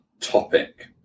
topic